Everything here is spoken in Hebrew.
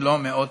אם לא מאות,